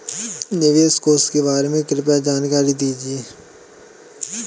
निवेश कोष के बारे में कृपया जानकारी दीजिए